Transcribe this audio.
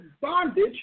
bondage